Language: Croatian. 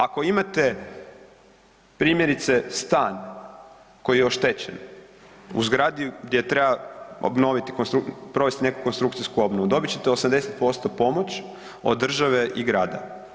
Ako imate primjerice, stan koji je oštećen u zgradi gdje treba obnoviti konstru, provesti neku konstrukcijsku obnovu, dobit ćete 80% pomoć od države i grada.